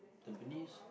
tampines